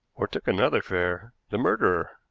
or took another fare the murderer,